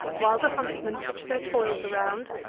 while the huntsmen pitch their toils around,